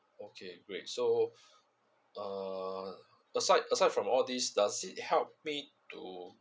okay great so uh aside aside from all this does it help me to